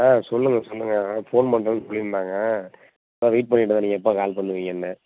ஆ சொல்லுங்கள் சொல்லுங்கள் ஆ ஃபோன் பண்ணுறன்னு சொல்லியிருந்தாங்க அதுதான் வெயிட் பண்ணிகிட்டுருந்த நீங்கள் எப்போ கால் பண்ணுவீங்கன்னு